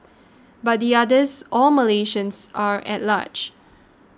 but the others all Malaysians are at large